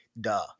duh